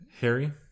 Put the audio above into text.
Harry